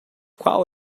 qual